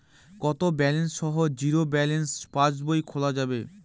কত ব্যালেন্স সহ zero balance পাসবই খোলা যাবে?